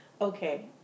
okay